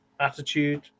Attitude